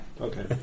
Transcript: Okay